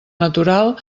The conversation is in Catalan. natural